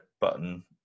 button